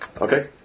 Okay